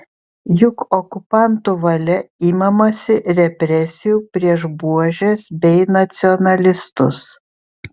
juk okupantų valia imamasi represijų prieš buožes bei nacionalistus